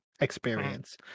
experience